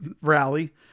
rally